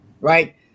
right